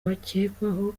bakekwaho